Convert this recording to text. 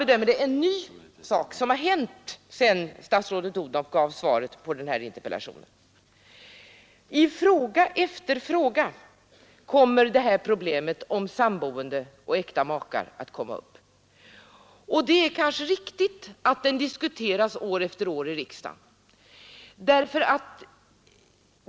Det är något nytt som har hänt sedan statsrådet Odhnoff gav svaret på den nämnda interpellationen. I fråga efter fråga kommer detta problem om samboende och äkta makar upp. Det är kanske riktigt att det diskuteras i riksdagen.